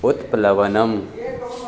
उत्प्लवनम्